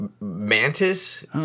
mantis